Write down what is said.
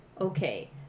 okay